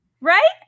right